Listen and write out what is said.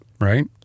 right